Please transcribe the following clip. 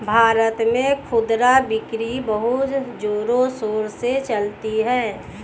भारत में खुदरा बिक्री बहुत जोरों शोरों से चलती है